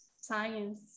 science